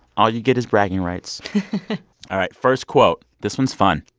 all you get is bragging rights all right, first quote this one's fun.